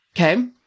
Okay